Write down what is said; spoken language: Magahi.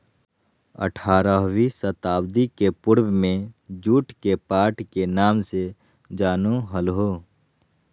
आठारहवीं शताब्दी के पूर्व में जुट के पाट के नाम से जानो हल्हो